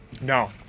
No